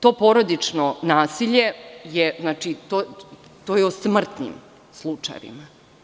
To porodično nasilje, to je o smrtnim slučajevima.